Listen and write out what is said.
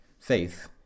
Faith